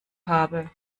habe